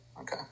Okay